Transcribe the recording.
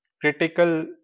critical